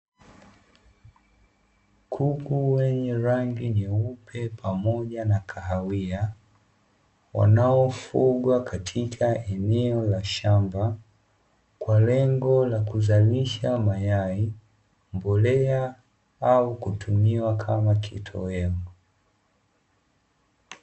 Kuku wenye rangi nyeupe pamoja na kahawia wanaofugwa katika eneo la shamba kwa lengo la kuzalisha mayai, mbolea au kutumiwa kama kitoweo.